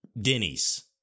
Denny's